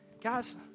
guys